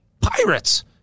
pirates